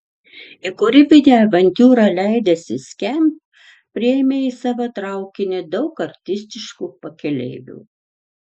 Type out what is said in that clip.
į kūrybinę avantiūrą leidęsi skamp priėmė į savo traukinį daug artistiškų pakeleivių